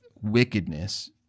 wickedness